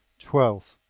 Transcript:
twelve.